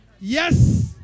Yes